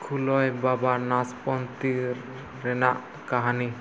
ᱠᱷᱩᱞᱚᱭ ᱵᱟᱵᱟ ᱱᱟᱥᱯᱚᱱᱛᱤ ᱨᱮᱱᱟᱜ ᱠᱟᱹᱦᱱᱤ